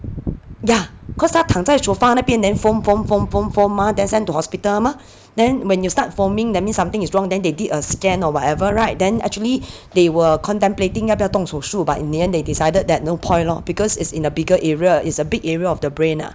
ya cause 他躺在 sofa 那边 then foam foam foam foam foam mah then sent to hospital mah then when you start foaming that means something is wrong then they did a scan or whatever [right] then actually they were contemplating 要不要动手术 but in the end they decided that no point lor because it's in a bigger area is a big area of the brain ah